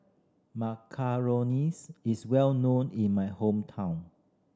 macarons is well known in my hometown